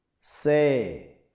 Say